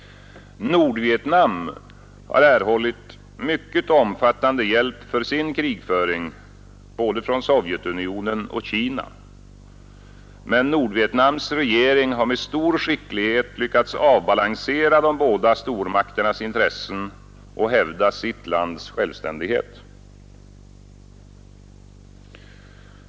Nordvietnam har erhållit mycket omfattande hjälp för sin krigföring från både Sovjetunionen och från Kina. Men dess regering har med stor skicklighet lyckats avbalansera de båda stormakternas intressen och hävda sitt lands självständighet.